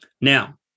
Now